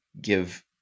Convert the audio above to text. give